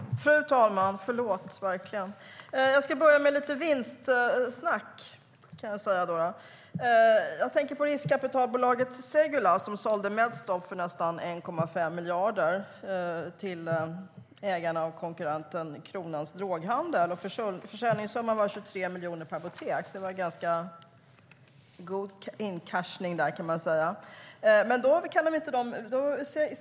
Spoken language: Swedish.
Fru talman! Jag börjar med lite vinstsnack. Riskkapitalbolaget Segulah sålde Medstop för nästan 1,5 miljarder till konkurrenten Kronans Droghandel. Försäljningssumman var 23 miljoner per apotek, så de cashade in ganska bra.